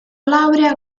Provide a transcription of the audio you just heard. laurea